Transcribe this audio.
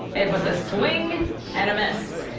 it was a swing and a miss.